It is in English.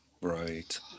right